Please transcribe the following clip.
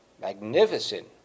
magnificent